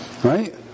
Right